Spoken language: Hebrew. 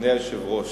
אדוני היושב-ראש,